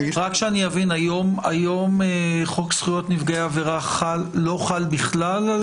היום חוק זכויות נפגעי עבירה לא חל בכלל?